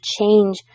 change